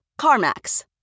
CarMax